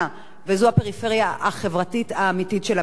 וזאת הפריפריה החברתית האמיתית של המדינה.